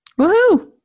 Woohoo